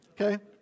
okay